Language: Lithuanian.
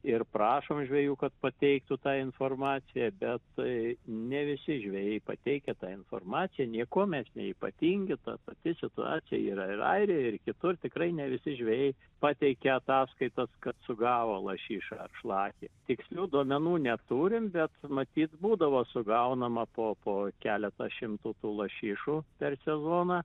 ir prašom žvejų kad pateiktų tą informaciją bet ne visi žvejai pateikia tą informaciją niekuo mes neypatingi ta pati situacija yra ir airijoj ir kitur tikrai ne visi žvejai pateikia ataskaitas kad sugavo lašišą ar šlakį tikslių duomenų neturim bet matyt būdavo sugaunama po po keletą šimtų tų lašišų per sezoną